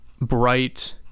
bright